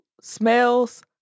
smells